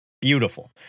Beautiful